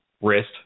wrist